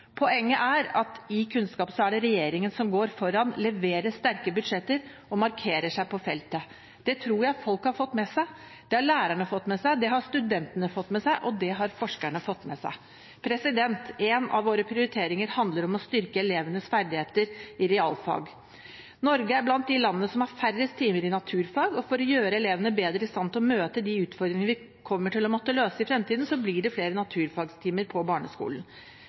Poenget er at i kunnskap er det regjeringen som går foran, leverer sterke budsjetter og markerer seg på feltet, og det tror jeg folk har fått med seg. Det har lærerne fått med seg, det har studentene fått med seg, og det har forskerne fått med seg. En av våre prioriteringer handler om å styrke elevenes ferdigheter i realfag. Norge er blant de landene som har færrest timer i naturfag, og for å gjøre elevene bedre i stand til å møte de utfordringene vi kommer til å måtte løse i fremtiden, blir det flere naturfagtimer på barneskolen.